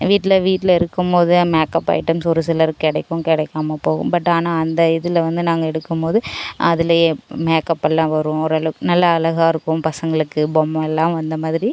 வீட்டில் வீட்டில் இருக்கும் போதே மேக்கப் ஐட்டம் ஒருசிலருக்கு கிடைக்கும் கிடைக்காம போகும் பட் ஆனால் அந்த இதில் வந்து நாங்கள் எடுக்கும் போது அதுலேயே மேக்கப்பெல்லாம் வரும் ஓரளவுக்கு நல்லா அழகாருக்கும் பசங்களுக்கு பொம்மைலாம் வந்த மாதிரி